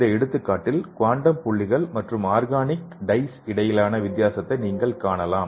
இந்த எடுத்துக்காட்டில் குவாண்டம் புள்ளிகள் மற்றும் ஆர்கானிக் டைஸ் இடையிலான வித்தியாசத்தை நீங்கள் காணலாம்